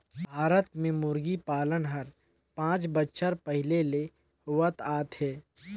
भारत में मुरगी पालन हर पांच बच्छर पहिले ले होवत आत हे